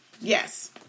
Yes